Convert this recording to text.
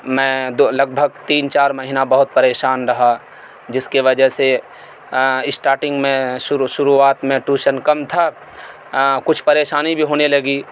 میں لگ بھگ تین چار مہینہ بہت پریشان رہا جس کے وجہ سے اسٹارٹنگ میں شروع شروعات میں ٹوشن کم تھا کچھ پریشانی بھی ہونے لگی